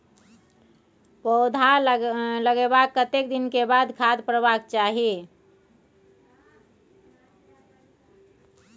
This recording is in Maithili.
पौधा लागलाक कतेक दिन के बाद खाद परबाक चाही?